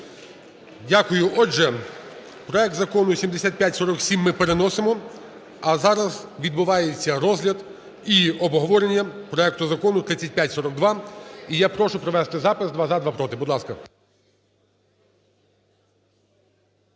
Дякую. Отже, проект закону 7547 ми переносимо, а зараз відбувається розгляд і обговорення проекту закону 3542. І я прошу провести запис: два – за, два – проти. Будь ласка.